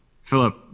Philip